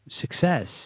success